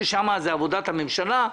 שזה עבודת הממשלה,